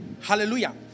Hallelujah